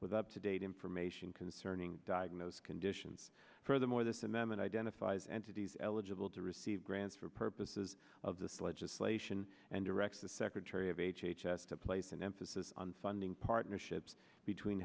with up to date information concerning those conditions furthermore this amendment identifies entities eligible to receive grants for purposes of this legislation and directs the secretary of h h s to place an emphasis on funding partnerships between